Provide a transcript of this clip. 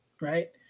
right